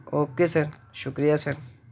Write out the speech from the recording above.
okay sir شکریہ سر